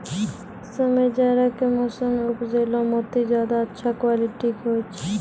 समय जाड़ा के मौसम मॅ उपजैलो मोती ज्यादा अच्छा क्वालिटी के होय छै